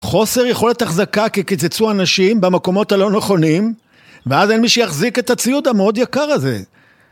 חוסר יכולת החזקה כי קיצצו אנשים במקומות הלא נכונים ואז אין מי שיחזיק את הציוד המאוד יקר הזה